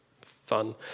fun